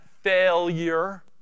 failure